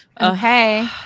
Okay